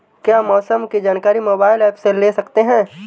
क्या मौसम की जानकारी मोबाइल ऐप से ले सकते हैं?